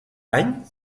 any